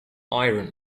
iron